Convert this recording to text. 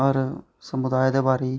हर समुदाय दे बारै ई